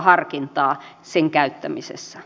näin sen käyttämisessä